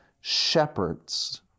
shepherds